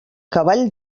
cavall